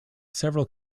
several